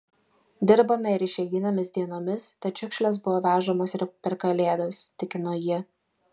dirbame ir išeiginėmis dienomis tad šiukšlės buvo vežamos ir per kalėdas tikino ji